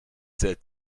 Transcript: seit